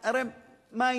הרי מה העניין?